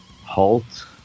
halt